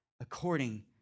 according